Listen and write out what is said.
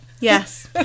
Yes